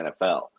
NFL